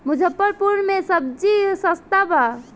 मुजफ्फरपुर में सबजी सस्ता बा